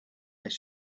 this